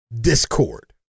discord